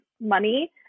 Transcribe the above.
money